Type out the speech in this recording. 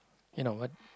you know what